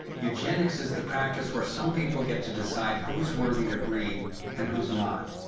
eugenics is the practice where some people get to decide who's worthy to breed and who's not.